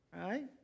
Right